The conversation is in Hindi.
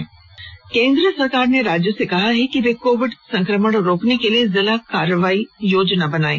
केंद्र निर्देश केन्द्र सरकार ने राज्यों से कहा है कि वे कोविड संक्रमण रोकने के लिए जिला कार्रवाई योजना बनायें